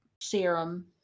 serum